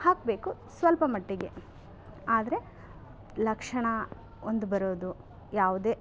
ಹಾಕಬೇಕು ಸ್ವಲ್ಪ ಮಟ್ಟಿಗೆ ಆದರೆ ಲಕ್ಷಣ ಒಂದು ಬರೋದು ಯಾವುದೇ